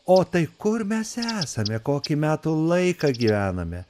o tai kur mes esame kokį metų laiką gyvename